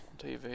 TV